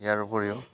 ইয়াৰ উপৰিও